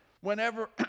Whenever